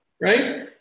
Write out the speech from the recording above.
Right